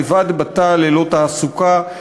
לבד בתא ללא תעסוקה,